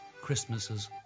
Christmases